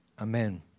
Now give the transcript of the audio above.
amen